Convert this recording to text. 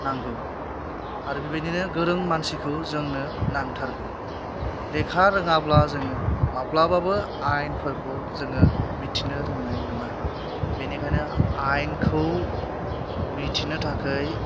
नांगौ आरो बिबादिनो गोरों मानसिखौ जोंनो नांथारगौ लेखा रोङाब्ला जोङो माब्लाबाबो आइनफोरखौ जोङो मिथिनो रोंनाय नङा बेनिखायनो आइनखौ मिथिनो थाखाय